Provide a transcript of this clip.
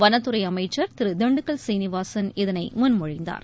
வனத்துறை அமைச்சர் திரு திண்டுக்கல் சீனிவாசன் இதனை முன்மொழிந்தார்